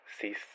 cease